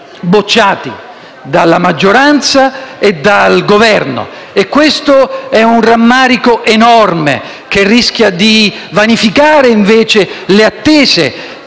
bocciata dalla maggioranza e dal Governo, e questo è un rammarico enorme che rischia di vanificare le attese.